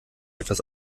etwas